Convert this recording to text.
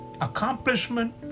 accomplishment